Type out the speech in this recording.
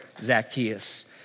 Zacchaeus